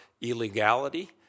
illegality